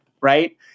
Right